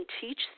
teach